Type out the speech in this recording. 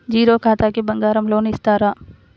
Zero ఖాతాకి బంగారం loan ఇస్తారా?